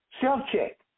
Self-check